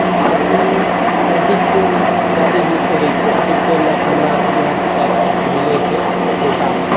मोमबत्ती मट्टीक तेल ज्यादा यूज़ करै छियै मट्टीक तेल लेल हमरा आरके बिहार सरकारक तरफसे मिलैय छै कोटामे